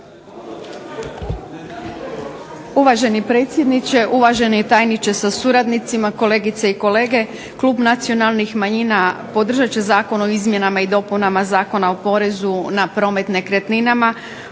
Uvaženi predsjedniče, uvaženi tajniče sa suradnicima, kolegice i kolege. Klub nacionalnih manjina podržat će Zakon o izmjenama i dopunama Zakona o porezu na promet nekretninama